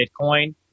Bitcoin